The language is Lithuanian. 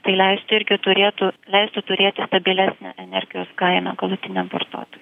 tai leist irgi turėtų leisti turėti stabilesnę energijos kainą galutiniam vartotojui